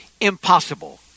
Impossible